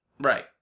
Right